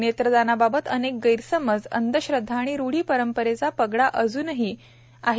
नेत्रदानाबाबत अनेक गैरसमज अंधश्रद्वा आणि रूढी परंपरेचा पगडा अजूनही आहे